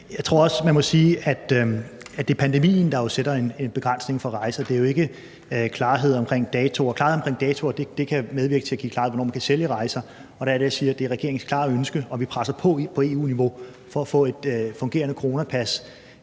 Jeg tror også, man må sige, at det jo er pandemien, der sætter en begrænsning. Det er jo ikke manglende klarhed omkring datoer. Klarhed omkring datoer kan medvirke til at give klarhed om, hvornår man kan sælge rejser, og der er det, jeg siger, at det er regeringens klare ønske – og vi presser på for det på EU-niveau – at få et fungerende coronapas.